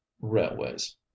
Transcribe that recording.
railways